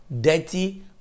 dirty